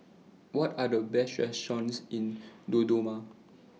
What Are The Best restaurants in Dodoma